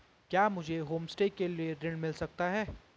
क्या मुझे होमस्टे के लिए ऋण मिल सकता है?